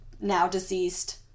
now-deceased